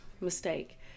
Mistake